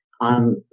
on